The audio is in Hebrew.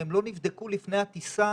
אם הם לא נבדקו לפני הטיסה,